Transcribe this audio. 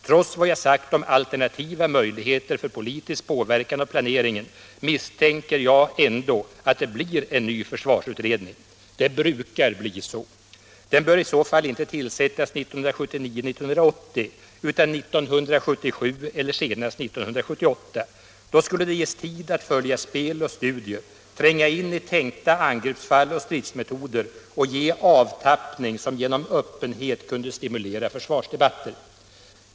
Trots vad jag sagt om alternativa möjligheter för politisk påverkan av planeringen misstänker jag ändå att det blir en ny försvarsutredning. Det brukar bli så. Den bör i så fall inte tillsättas 1979-1980 utan 1977 eller senast 1978. Då skulle det ges tid att följa spel och studier, tränga in i tänkta angreppsfall och stridsmetoder och att ge avtappningar som genom öppenhet kunde stimulera försvarsdebatter.